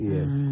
Yes